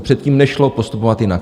Předtím nešlo postupovat jinak.